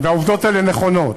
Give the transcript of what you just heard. והעובדות האלה נכונות,